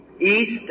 east